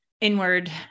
inward